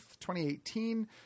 2018